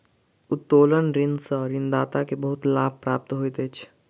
उत्तोलन ऋण सॅ ऋणदाता के बहुत लाभ प्राप्त होइत अछि